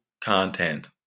content